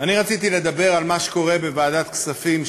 אני רציתי לדבר על מה שקורה בוועדת הכספים.